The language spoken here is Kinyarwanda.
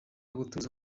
gutuza